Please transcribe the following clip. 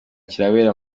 kirabera